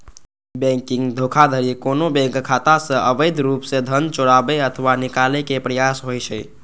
banking धोखाधड़ी कोनो bank खाता सं अवैध रूप सं धन चोराबै अथवा निकाले के प्रयास होइ छै